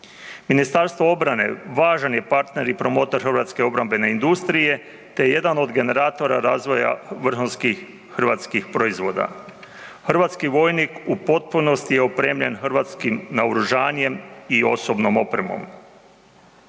MORH važan je partner i promotor hrvatske obrambene industrije te je jedan od generatora razvoja vrhunskih hrvatskih proizvoda. Hrvatski vojnik u potpunosti je opremljen hrvatskim naoružanjem i osobnom opremom.